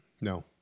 No